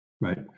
right